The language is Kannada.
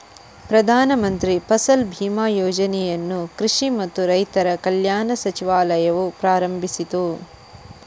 ಪ್ರಧಾನ ಮಂತ್ರಿ ಫಸಲ್ ಬಿಮಾ ಯೋಜನೆಯನ್ನು ಕೃಷಿ ಮತ್ತು ರೈತರ ಕಲ್ಯಾಣ ಸಚಿವಾಲಯವು ಪ್ರಾರಂಭಿಸಿತು